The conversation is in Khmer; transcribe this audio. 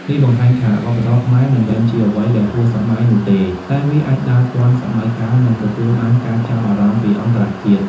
នេះបង្ហាញថាវប្បធម៌ខ្មែរមិនមែនជាអ្វីដែលហួសសម័យនោះទេ តែវាអាចដើរទាន់សម័យកាលនិងទទួលបានការចាប់អារម្មណ៍ពីអន្តរជាតិ។